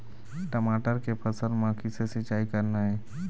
टमाटर के फसल म किसे सिचाई करना ये?